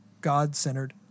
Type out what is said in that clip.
God-centered